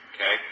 Okay